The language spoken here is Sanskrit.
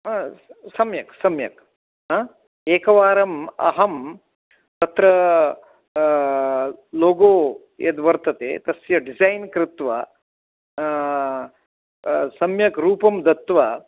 हा सम्यक् सम्यक् एकवारम् अहं तत्र लोगो यद्वर्तते तस्य डिज़ैन् कृत्वा सम्यक् रूपं दत्वा